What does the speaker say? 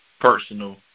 personal